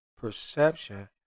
perception